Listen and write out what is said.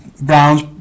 Brown's